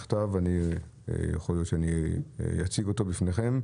יכול להיות שאני אציג אותה בפניכם.